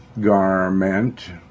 garment